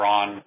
on